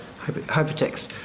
hypertext